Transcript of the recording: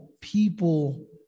people